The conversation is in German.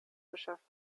beschafft